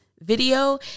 video